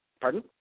pardon